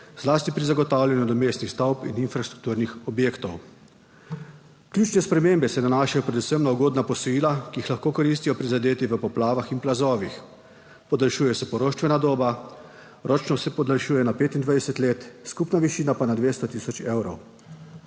zlasti pri zagotavljanju nadomestnih stavb in infrastrukturnih objektov. Ključne spremembe se nanašajo predvsem na ugodna posojila, ki jih lahko koristijo prizadeti v poplavah in plazovih. Podaljšuje se poroštvena doba, ročnost se podaljšuje na 25 let, skupna višina pa na 200 tisoč evrov.